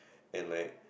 and like